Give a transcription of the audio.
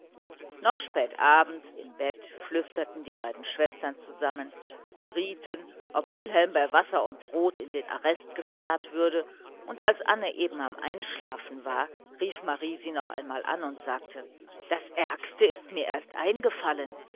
noch spät abends im bett flüsterten die beiden schwestern zusammen berieten ob wilhelm bei wasser und brot in den arrest gesperrt würde und als anne eben im einschlafen war rief marie sie noch einmal an und sagte das ärgste ist mir erst eingefallen